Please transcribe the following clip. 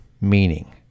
meaning